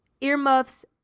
earmuffs